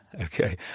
Okay